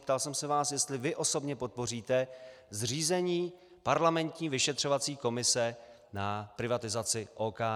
Ptal jsem se vás, jestli vy osobně podpoříte zřízení parlamentní vyšetřovací komise na privatizaci OKD.